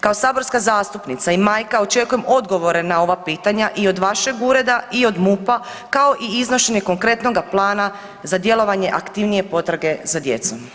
Kao saborska zastupnica i majka očekujem odgovore na ova pitanja i od vašeg ureda i od MUP-a kao i iznošenje konkretnoga plana za djelovanje aktivnije potrage za djecom.